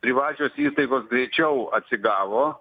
privačios įstaigos greičiau atsigavo